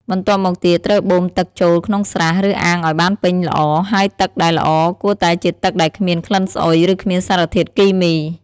បន្ទាប់មកទៀតត្រូវបូមទឹកចូលក្នុងស្រះ ឬអាងឲ្យបានពេញល្អ ហើយទឹកដែលល្អគួរតែជាទឹកដែលគ្មានក្លិនស្អុយ និងគ្មានសារធាតុគីមី។